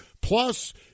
Plus